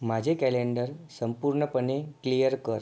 माझे कॅलेंडर संपूर्णपणे क्लीअर कर